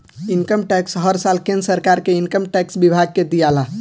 income tax हर साल केंद्र सरकार के इनकम टैक्स विभाग के दियाला